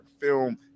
film